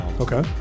Okay